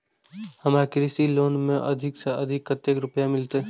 हमरा कृषि लोन में अधिक से अधिक कतेक रुपया मिलते?